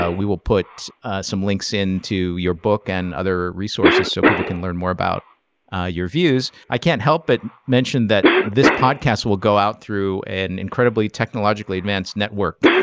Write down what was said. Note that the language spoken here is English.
ah we will put some links in to your book and other resources, so people can learn more about your views. i can't help but mention that this podcast will go out through an incredibly technologically advanced network,